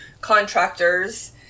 contractors